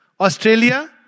Australia